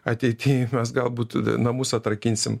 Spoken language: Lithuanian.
ateity mes galbūt namus atrakinsim